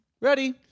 Ready